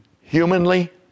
Humanly